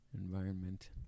environment